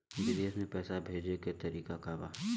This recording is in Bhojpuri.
विदेश में पैसा भेजे के तरीका का बा?